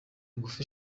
ngufi